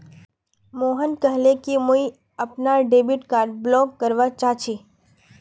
मोहन कहले कि मुई अपनार डेबिट कार्ड ब्लॉक करवा चाह छि